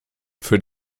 für